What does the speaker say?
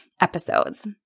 episodes